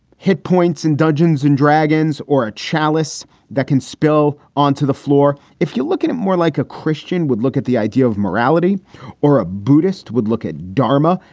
hit points and dungeons and dragons or a chalice that can spill onto the floor. if you look at it more like a christian would look at the idea of morality or a buddhist would look at dharma.